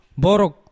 Borok